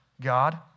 God